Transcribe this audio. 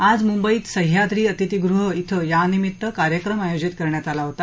आज मुंबईत सह्याद्री अतिथीगृह छिं यानिमित्त कार्यक्रम आयोजित करण्यात आला होता